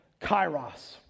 kairos